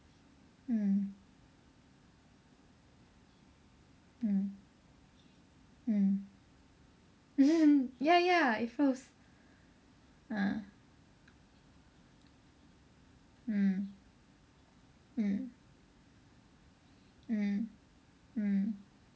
mm mm mm ya ya it froze ah mm mm mm mm